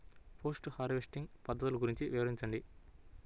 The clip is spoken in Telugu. పోస్ట్ హార్వెస్టింగ్ పద్ధతులు గురించి వివరించండి?